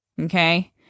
okay